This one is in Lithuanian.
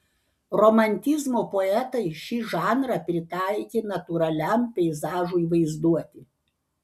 romantizmo poetai šį žanrą pritaikė natūraliam peizažui vaizduoti